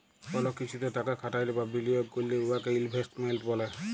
call কিছুতে টাকা খাটাইলে বা বিলিয়গ ক্যইরলে উয়াকে ইলভেস্টমেল্ট ব্যলে